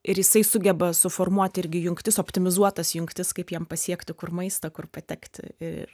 ir jisai sugeba suformuoti irgi jungtis optimizuotas jungtis kaip jiem pasiekti kur maistą kur patekti ir